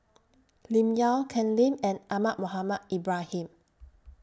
Lim Yau Ken Lim and Ahmad Mohamed Ibrahim